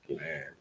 man